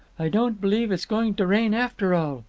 i don't believe it's going to rain after all,